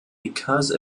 because